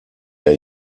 der